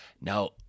Now